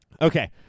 Okay